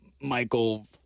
Michael